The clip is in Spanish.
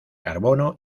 carbono